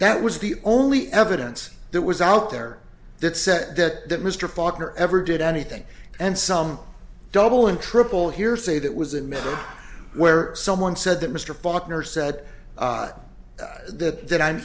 that was the only evidence that was out there that said that mr faulkner ever did anything and some double and triple hearsay that was admitted where someone said that mr faulkner said that that i'm